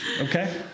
Okay